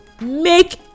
make